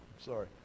Sorry